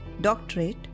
doctorate